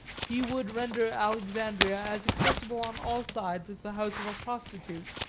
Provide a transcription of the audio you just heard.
he would render alexandria as accessible on all sides as the house of a prostitute.